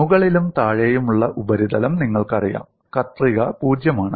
മുകളിലും താഴെയുമുള്ള ഉപരിതലം നിങ്ങൾക്കറിയാം കത്രിക 0 ആണ്